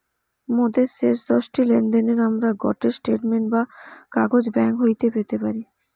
মোদের শেষ দশটি লেনদেনের আমরা গটে স্টেটমেন্ট বা কাগজ ব্যাঙ্ক হইতে পেতে পারি